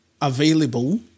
available